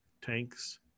tanks